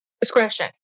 discretion